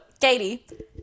Katie